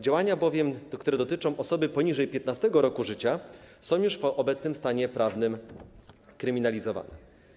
Działania, które dotyczą osoby poniżej 15. roku życia, są już w obecnym stanie prawnym kryminalizowane.